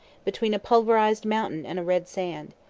between a pulverized mountain and a red sand.